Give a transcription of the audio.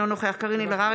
אינו נוכח קארין אלהרר,